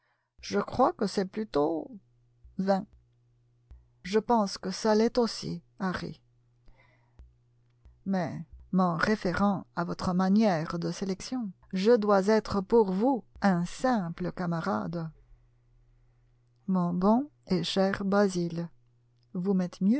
je crois que c'est plutôt vain je pense que ça l'est aussi harry mais m'en référant à votre manière de sélection je dois être pour vous un simple camarade mon bon et cher basil vous m'êtes